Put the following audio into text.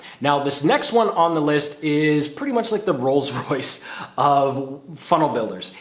now this next one on the list is pretty much like the rolls royce of funnel builders.